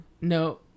No